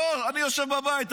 אני יושב בבית,